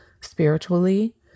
spiritually